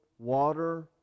Water